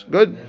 Good